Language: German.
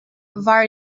war